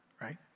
right